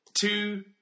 Two